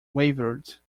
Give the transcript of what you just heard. wavered